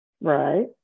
Right